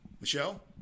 Michelle